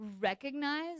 recognize